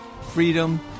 freedom